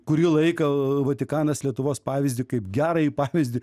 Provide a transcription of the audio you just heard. kurį laiką vatikanas lietuvos pavyzdį kaip gerąjį pavyzdį